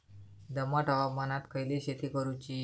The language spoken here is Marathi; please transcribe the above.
दमट हवामानात खयली शेती करूची?